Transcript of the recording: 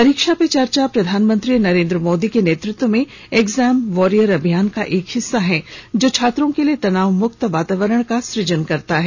परीक्षा पे चर्चा प्रधानमंत्री नरेंद्र मोदी के नेतृत्व में एग्जाकम वॉरियर अभियान का एक हिस्सा है जो छात्रों के लिए तनावमुक्त ्वातावरण का सुजने करता है